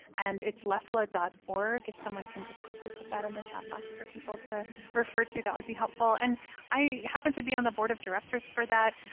and it's leslla dot org if somebody can just quickly put that in the chat box for people to refer to, that would be helpful. and i happen to be on the board of directors for that.